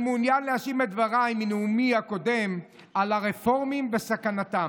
אני מעוניין להשלים את דבריי מנאומי הקודם על הרפורמים וסכנתם.